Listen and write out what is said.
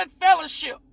fellowship